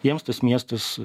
jiems tas miestas